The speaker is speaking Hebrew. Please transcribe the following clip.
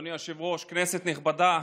אדוני היושב-ראש, כנסת נכבדה,